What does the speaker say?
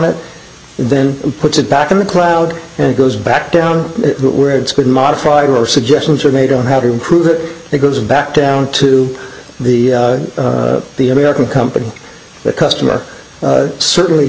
it then puts it back in the crowd and goes back down to where it's been modified or suggestions are made on how to improve it it goes back down to the the american company the customer certainly